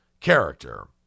character